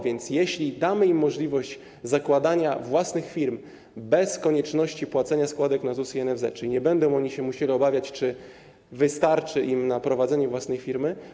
Więc jeśli damy im możliwość zakładania własnych firm bez konieczności płacenia składek na ZUS i NFZ, nie będą się musieli obawiać, czy wystarczy im na prowadzenie własnej firmy.